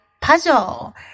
puzzle